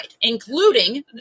including